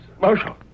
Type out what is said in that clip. Marshal